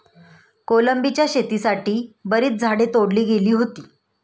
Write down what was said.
कोलंबीच्या शेतीसाठी बरीच झाडे तोडली गेली होती